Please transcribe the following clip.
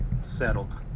settled